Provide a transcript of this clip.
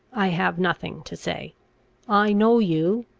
i have nothing to say i know you,